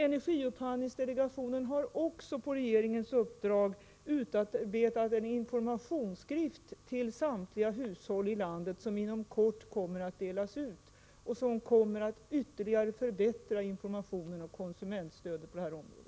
Energiupphandlingsdelegationen har också på regeringens uppdrag utarbetat en informationsskrift till samtliga hushåll i landet som inom kort kommer att delas ut och som kommer att ytterligare förbättra informationen och konsumentstödet på det här området.